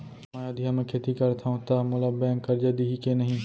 मैं अधिया म खेती करथंव त मोला बैंक करजा दिही के नही?